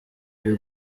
ibi